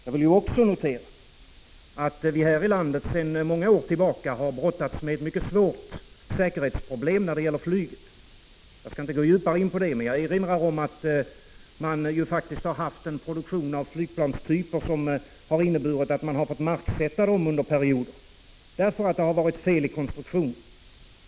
Jag noterar också att vi i detta land sedan många år tillbaka har brottats med ett mycket svårt säkerhetsproblem när det gäller flyget. Jag skall inte gå djupare in på det, men jag vill erinra om att det har förekommit en produktion av flygplanstyper som har inneburit att planen har fått marksättas under vissa perioder på grund av fel i konstruktionen.